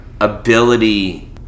ability